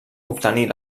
obtenir